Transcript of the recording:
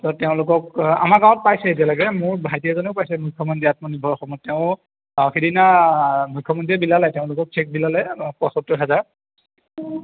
ত' তেওঁলোকক আমাৰ গাঁৱত পাইছে এতিয়ালৈকে মোৰ ভাইটি এজনেও পাইছে মুখ্যমন্ত্ৰী আত্মনিৰ্ভৰ অসমত তেওঁ সেইদিনা মুখ্যমন্ত্ৰীয়ে বিলালে তেওঁলোকক চেক বিলালে পঁইসত্তৰ হাজাৰ